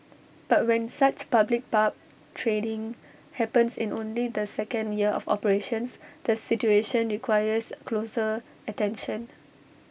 but when such public barb trading happens in only the second year of operations the situation requires closer attention